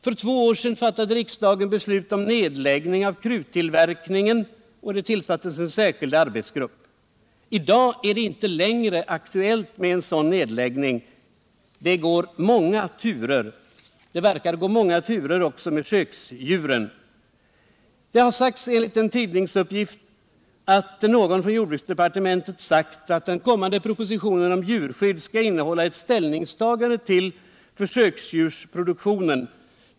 För två år sedan fattade riksdagen beslut om nedläggning av kruttillverkningen, och det tillsattes en särskild arbetsgrupp. I dag är det inte längre aktuellt med en sådan nedläggning. Det har varit många turer här. Och det verkar att bli många turer också när det gäller försöksdjuren. Enligt en tidningsuppgift har någon från jordbruksdepartementet sagt att den kommande propositionen om djurskydd skall innehålla ett ställningstagande till försöksdjursproduktionen.